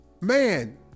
Man